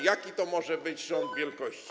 Jaki to może być rząd wielkości?